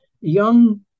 young